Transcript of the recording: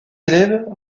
élèves